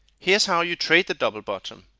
here is how you trade the double bottom.